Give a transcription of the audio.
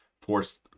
forced